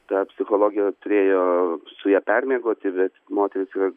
ta psichologė turėjo su ja permiegoti bet moteris